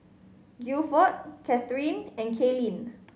Guilford Cathryn and Kalyn